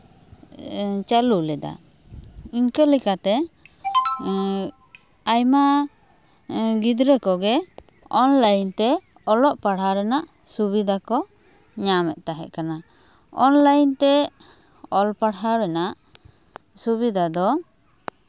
ᱪᱟᱹᱞᱩ ᱞᱮᱫᱟ ᱤᱱᱠᱟᱹ ᱞᱮᱠᱟᱛᱮ ᱟᱭᱢᱟ ᱜᱤᱫᱽᱨᱟᱹ ᱠᱚᱜᱮ ᱚᱱᱞᱟᱭᱤᱱ ᱛᱮ ᱚᱞᱚᱜ ᱯᱟᱲᱦᱟᱜ ᱨᱮᱱᱟᱜ ᱥᱩᱵᱤᱫᱷᱟ ᱠᱚ ᱧᱟᱢᱮᱫ ᱛᱟᱦᱮᱸ ᱠᱟᱱᱟ ᱚᱱᱞᱟᱭᱤᱱ ᱛᱮ ᱚᱞ ᱯᱟᱲᱦᱟᱣ ᱨᱮᱱᱟᱜ ᱥᱩᱵᱤᱫᱷᱟ ᱫᱚ